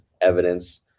evidence